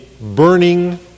burning